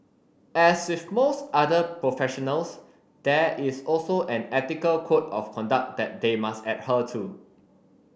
as with most other professionals there is also an ethical code of conduct that they must adhere to